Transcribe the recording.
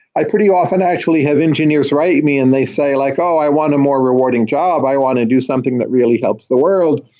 i pretty often actually have engineers write me and they say like, oh! i want a more rewarding job. i want to do something that really helps the world.